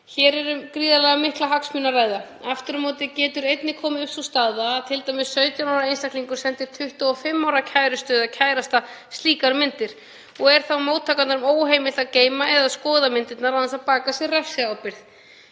Hér er um gríðarlega mikla hagsmuni að ræða. Aftur á móti getur einnig komið upp sú staða að 17 ára einstaklingur sendir 25 ára kærustu eða kærasta slíkar myndir og er móttakanda þá óheimilt að geyma eða skoða myndirnar án þess að baka sér refsiábyrgð